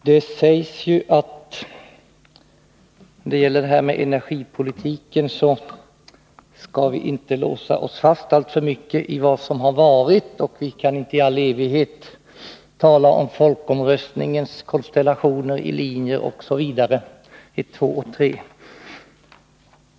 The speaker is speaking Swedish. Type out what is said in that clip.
Fru talman! När det gäller energipolitiken sägs det att vi inte skall låsa oss fast alltför mycket i vad som har varit och inte i all evighet tala om folkomröstningens konstellationer i linje 1, 2 och 3 osv.